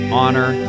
honor